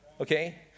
okay